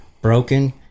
broken